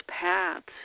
paths